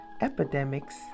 epidemics